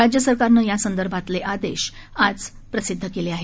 राज्य सरकारने यासंदर्भातले आदेश आज प्रसिद्ध केले आहेत